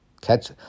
Catch